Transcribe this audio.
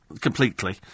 Completely